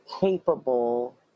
capable